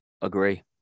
Agree